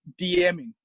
DMing